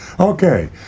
Okay